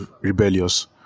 rebellious